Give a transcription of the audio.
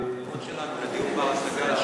עוד שאלה לגבי דיור בר-השגה.